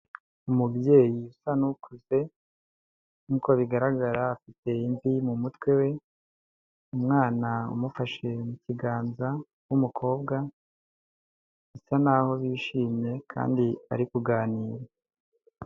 Umubyeyi usa n'ukuze nkuko bigaragara afite imvi mu mutwe we, umwana umufashe mu kiganza w’umukobwa, bisa naho yishimye kandi ari kuganira.